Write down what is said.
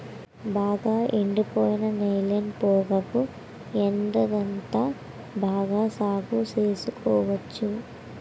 బాగా ఎండిపోయిన నేలైన పొగాకు ఏడాదంతా బాగా సాగు సేసుకోవచ్చు